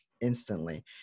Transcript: instantly